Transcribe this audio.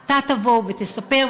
אתה תבוא ותספר,